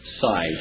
side